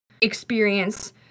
experience